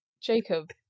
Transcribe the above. jacob